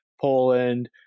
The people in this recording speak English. Poland